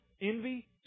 envy